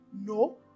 No